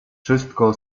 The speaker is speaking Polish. wszystko